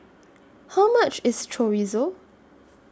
How much IS Chorizo